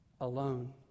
alone